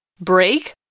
break